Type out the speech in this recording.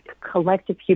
collective